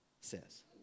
says